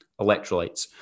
electrolytes